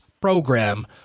program